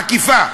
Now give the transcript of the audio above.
עקיפה,